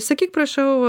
sakyk prašau